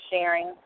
sharing